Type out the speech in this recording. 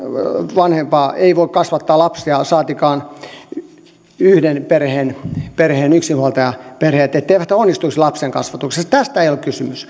vanhempaa ei voi kasvattaa lapsia saatikka että yhden perheen perheen yksinhuoltajaperheet eivät onnistuisi lapsen kasvatuksessa tästä ei ole kysymys